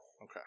Okay